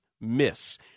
miss